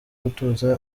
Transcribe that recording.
gutuza